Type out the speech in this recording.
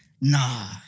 Nah